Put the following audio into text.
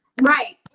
right